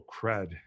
cred